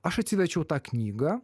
aš atsiverčiau tą knygą